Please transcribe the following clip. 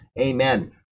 Amen